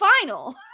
final